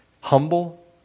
humble